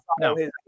no